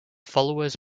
followers